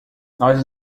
nós